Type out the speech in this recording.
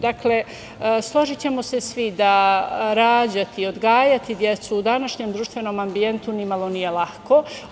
Dakle, složićemo se svi da rađati, odgajati decu u današnjem društvenom ambijentu nimalo nije lako.